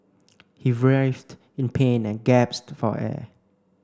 he in pain and gasped for air